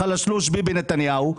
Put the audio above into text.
החלשלוש ביבי נתניהו,